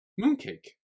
mooncake